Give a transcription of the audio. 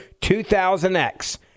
2000X